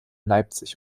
leipzig